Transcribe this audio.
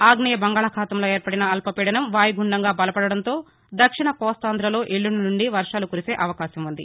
ఆగ్నేయ బంగాళాఖాతంలో ఏర్పడిన అల్పపీదనం వాయుగుండంగా బలపడడంతో దక్షిణ కోస్తాంధాలో ఎల్లుండి నుండి వర్షాలు కురిసే అవకాశం ఉంది